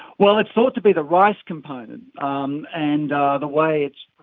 well, it's thought to be the rice component um and ah the way it's,